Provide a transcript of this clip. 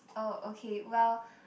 oh okay well